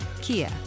Kia